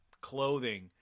clothing